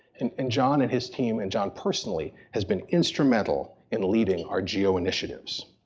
and and john and his team, and john personally, has been instrumental in leading our geo initiatives.